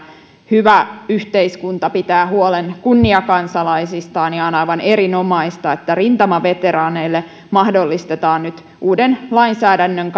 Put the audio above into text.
hyvä yhteiskunta pitää huolen kunniakansalaisistaan on aivan erinomaista että rintamaveteraaneille mahdollistetaan nyt uuden lainsäädännön